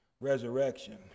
resurrection